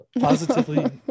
positively